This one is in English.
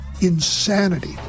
insanity